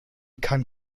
kann